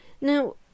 Now